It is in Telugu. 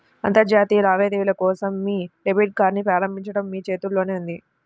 అంతర్జాతీయ లావాదేవీల కోసం మీ డెబిట్ కార్డ్ని ప్రారంభించడం మీ చేతుల్లోనే ఉంది